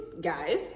guys